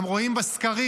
רואים בסקרים.